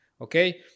Okay